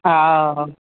हा